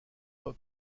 pas